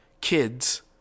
Kids